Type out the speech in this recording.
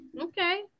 Okay